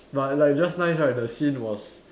but like just nice right the scene was